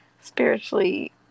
spiritually